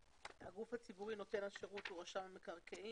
הגוף הציבורי נותן השירות הוא רשם המקרקעין.